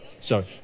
Sorry